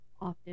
often